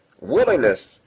willingness